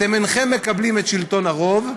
אתם אינכם מקבלים את שלטון הרוב,